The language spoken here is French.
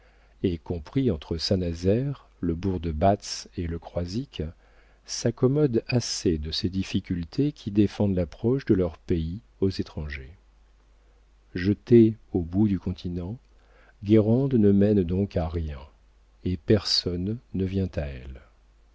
et compris entre saint-nazaire le bourg de batz et le croisic s'accommodent assez de ces difficultés qui défendent l'approche de leur pays aux étrangers jetée au bout du continent guérande ne mène donc à rien et personne ne vient à elle